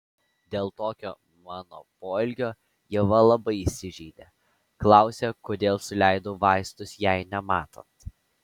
dėl tokio mano poelgio ieva labai įsižeidė klausė kodėl suleidau vaistus jai nematant